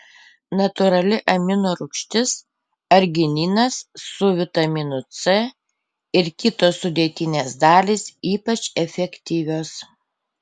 natūrali amino rūgštis argininas su vitaminu c ir kitos sudėtinės dalys ypač efektyvios